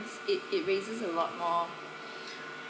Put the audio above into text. it it raises a lot more